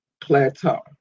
plateau